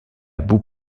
bout